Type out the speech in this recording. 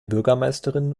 bürgermeisterin